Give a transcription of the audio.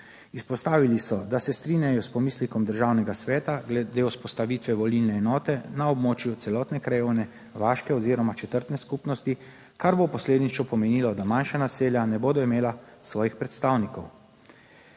Izpostavili so, da se strinjajo s pomislekom Državnega sveta glede vzpostavitve volilne enote na območju celotne krajevne, vaške oziroma četrtne skupnosti, kar bo posledično pomenilo, da manjša naselja ne bodo imela svojih predstavnikov.